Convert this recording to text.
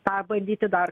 tą bandyti dar